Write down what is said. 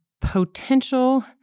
potential